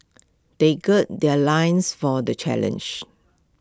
they gird their loins for the challenge